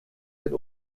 den